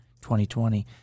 2020